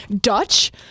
Dutch